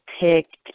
picked